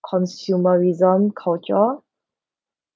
consumerism culture